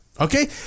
okay